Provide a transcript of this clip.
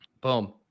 Boom